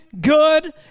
Good